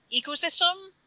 ecosystem